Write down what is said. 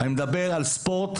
אני מדבר על ספורט,